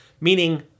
meaning